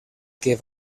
que